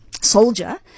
soldier